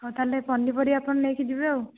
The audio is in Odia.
ହଁ ତା'ହେଲେ ପନିପରିବା ଆପଣ ନେଇକି ଯିବେ ଆଉ